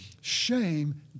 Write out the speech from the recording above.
Shame